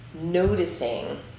noticing